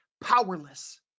powerless